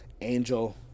Angel